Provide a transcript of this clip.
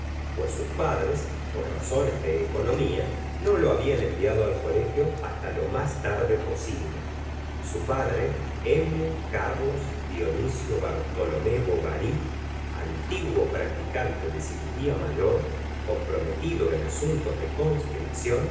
pues sus padres por razones de economía no lo habían enviado al colegio hasta lo más tarde posible su padre m carlos dionisio bartolomé bovary antiguo practicante de cirugía mayor comprometido en asuntos de